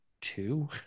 two